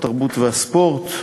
התרבות והספורט,